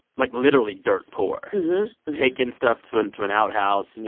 like, literally dirt poor taking stuff to and to an outhouse,